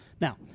Now